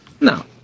no